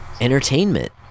entertainment